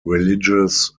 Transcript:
religious